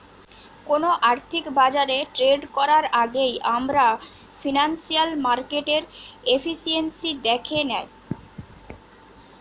কোনো আর্থিক বাজারে ট্রেড করার আগেই আমরা ফিনান্সিয়াল মার্কেটের এফিসিয়েন্সি দ্যাখে নেয়